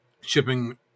shipping